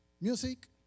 Music